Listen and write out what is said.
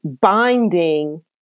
binding